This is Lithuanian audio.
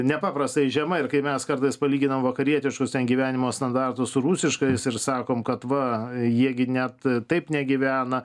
nepaprastai žema ir kai mes kartais palyginam vakarietiškus ten gyvenimo standartus su rusiškais ir sakom kad va jie gi net taip negyvena